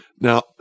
Now